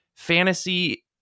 fantasy